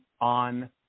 on